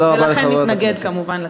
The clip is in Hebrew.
לכן אני מתנגדת לתיקון.